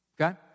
Okay